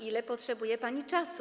ile potrzebuje pani czasu.